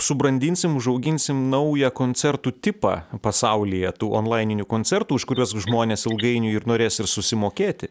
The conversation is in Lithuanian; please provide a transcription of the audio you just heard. subrandinsim užauginsim naują koncertų tipą pasaulyje tų onlaininių koncertų už kuriuos žmonės ilgainiui ir norės ir susimokėti